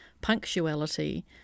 punctuality